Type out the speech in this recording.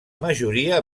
majoria